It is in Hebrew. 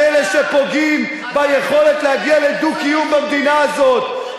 אתם אלה שפוגעים ביכולת להגיע לדו-קיום במדינה הזאת.